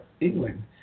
England